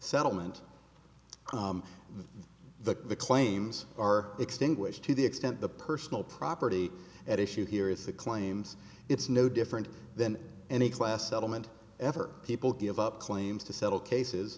settlement the claims are extinguished to the extent the personal property at issue here is the claims it's no different than any class settlement ever people give up claims to settle cases